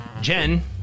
Jen